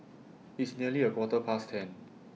its nearly A Quarter Past ten